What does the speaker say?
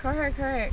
correct correct